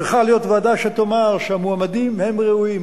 צריכה להיות ועדה שתאמר שהמועמדים הם ראויים.